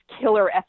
killer